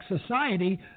society